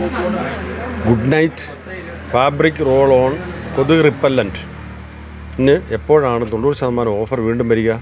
Good Knight fabric roll on കൊതുക് റിപ്പല്ലൻറ്റ്ന് എപ്പോഴാണ് തൊണ്ണൂറ് ശതമാനം ഓഫർ വീണ്ടും വരിക